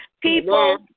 people